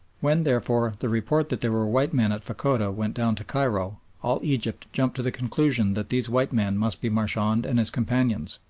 when, therefore, the report that there were white men at fachoda went down to cairo, all egypt jumped to the conclusion that these white men must be marchand and his companions.